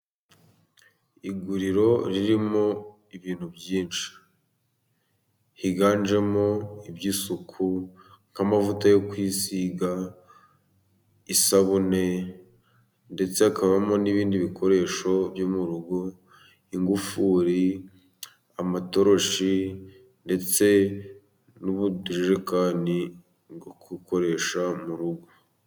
Iguriro ririmo ibintu byinshi, higanjemo iby'isuku nk'amavuta yo kwisiga, isabune ndetse hakabamo n'ibindi bikoresho byo mu rugo: ingufuri, amatoroshi ndetse n'ubujerekani bukoreshwa mu rugo.